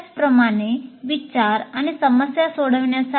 त्याचप्रमाणे विचार आणि समस्या सोडवण्यासाठी